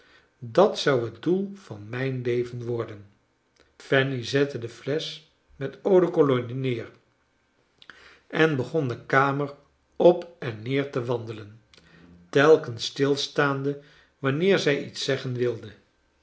dat zou het doel van mijn leven worden fanny zette de flesch met eau de cologne neer en begon de kamer op en neer te wandelen telkens stilstaande wanneer zij iets zeggen wilden